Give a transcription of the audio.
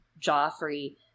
Joffrey